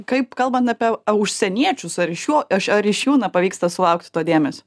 kaip kalbant apie a užsieniečius ar iš jų aš ar iš jų na pavyksta sulaukti to dėmesio